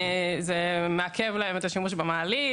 זה מעכב להם את השימוש במעלית,